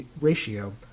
ratio